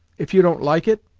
if you don't like it,